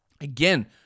Again